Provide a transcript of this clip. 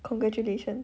congratulation